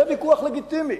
זה ויכוח לגיטימי.